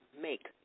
make